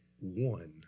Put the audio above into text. one